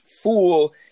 fool